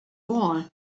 wall